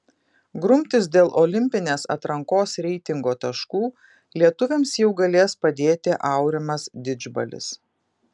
grumtis dėl olimpinės atrankos reitingo taškų lietuviams jau galės padėti aurimas didžbalis